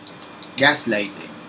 Gaslighting